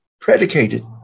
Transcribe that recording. predicated